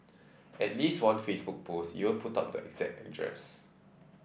at least one Facebook post even put up the exact address